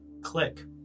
Click